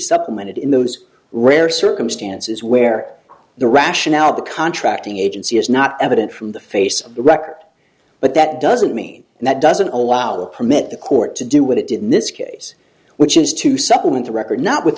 supplemented in those rare circumstances where the rationale of the contracting agency is not evident from the face of the record but that doesn't mean that doesn't allow the permit the court to do what it did in this case which is to supplement the record not with